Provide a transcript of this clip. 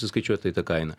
įskaičiuota į tą kainą